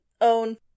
own